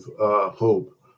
hope